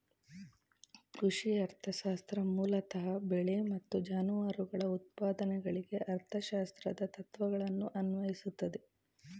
ಕೃಷಿ ಅರ್ಥಶಾಸ್ತ್ರ ಮೂಲತಃ ಬೆಳೆ ಮತ್ತು ಜಾನುವಾರುಗಳ ಉತ್ಪಾದನೆಗಳಿಗೆ ಅರ್ಥಶಾಸ್ತ್ರದ ತತ್ವಗಳನ್ನು ಅನ್ವಯಿಸ್ತದೆ